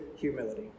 Humility